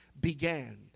began